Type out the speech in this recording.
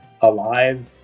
alive